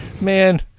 man